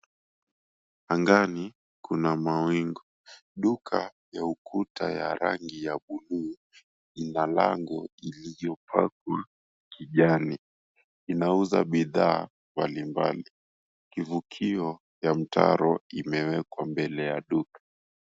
Angani, kuna mawingu. Duka lina ukuta wa rangi ya buluu ina lango iliyopakwa kijani, inauza bidhaa mbali mbali. Kivukio ya mtaro imewekwa mbele ya duka.